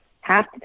half